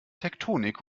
tektonik